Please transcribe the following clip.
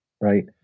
right